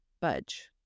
budge